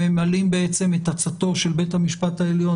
הם ממלאים אחר עצתו של בית המשפט העליון